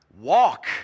walk